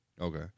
Okay